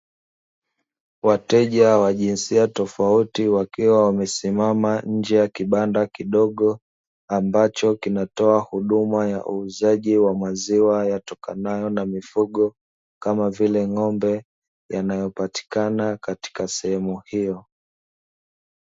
Wateja wa jinsia tofauti wakiwa wamesimama nje ya kibanda kidogo, ambacho kinatoa huduma ya uuzaji wa maziwa yatokanayo na mifugo kama vile ng'ombe yanayo patikana katika sehemu hiyo.